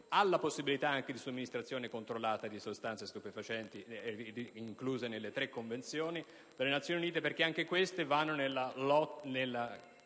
alla possibilità di somministrazione controllata di sostanze stupefacenti incluse nelle tre Convenzioni delle Nazioni Unite, perché anche queste misure